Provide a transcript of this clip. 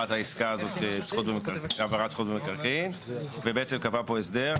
בהעברת זכות במקרקעין וקבעה פה הסדר.